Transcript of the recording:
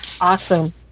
Awesome